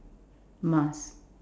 mask